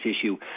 issue